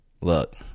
Look